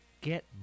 Get